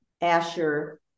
Asher